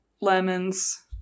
lemons